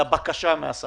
--- רגע.